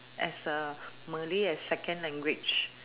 as a malay as second language